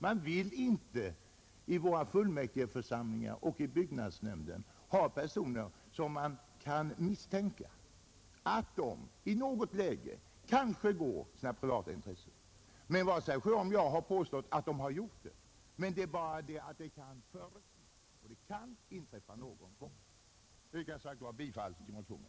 Vi vill inte i våra fullmäktigeförsamlingar och byggnadsnämnder ha personer som man kan misstänka för att i något läge tillgodose sina privata intressen. Varken herr Sjöholm eller jag har påstått att de har gjort det men sådant kan inträffa någon gång. Jag yrkar alltså bifall till motionen.